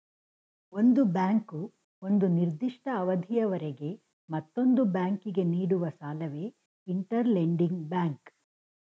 ಒಂದು ಬ್ಯಾಂಕು ಒಂದು ನಿರ್ದಿಷ್ಟ ಅವಧಿಯವರೆಗೆ ಮತ್ತೊಂದು ಬ್ಯಾಂಕಿಗೆ ನೀಡುವ ಸಾಲವೇ ಇಂಟರ್ ಲೆಂಡಿಂಗ್ ಬ್ಯಾಂಕ್